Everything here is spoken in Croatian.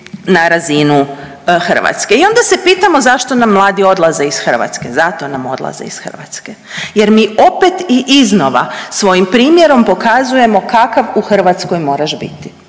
na razinu Hrvatske. I onda se pitamo zašto nam mladi odlaze iz Hrvatske? Zato nam odlaze iz Hrvatske, jer mi opet i iznova svojim primjerom pokazujemo kakav u Hrvatskoj moraš biti.